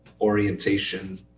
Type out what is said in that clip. orientation